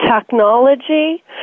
technology